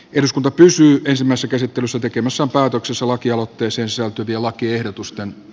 eduskunta pysyy samassa käsittelyssä tekemässä päätöksessä lakialottesin soutu ja lakiehdotusten